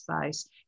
space